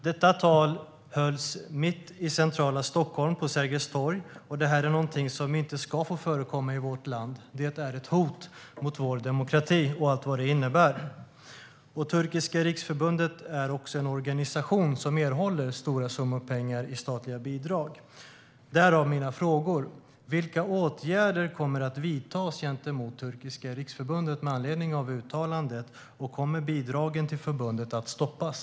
Detta tal hölls mitt i centrala Stockholm på Sergels torg. Det är någonting som inte ska få förekomma i vårt land. Det är ett hot mot vår demokrati och allt vad det innebär. Turkiska riksförbundet är också en organisation som erhåller stora summor pengar i statliga bidrag, därav mina frågor. Vilka åtgärder kommer att vidtas gentemot Turkiska riksförbundet med anledning av uttalandet? Kommer bidragen till förbundet att stoppas?